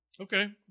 Okay